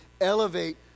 elevate